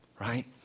Right